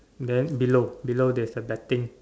then below below this the betting